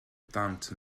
dant